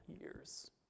years